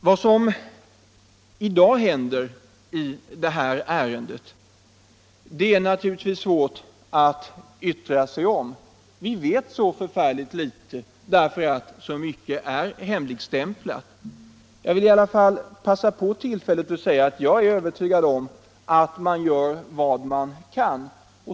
Vad som i dag händer i det här ärendet är det naturligtvis svårt att yttra sig om. Vi vet så förfärligt litet därför att så mycket är hemligstämplat. Jag vill i alla fall passa på tillfället att säga, att jag är övertygad om att man gör vad man kan.